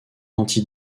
anti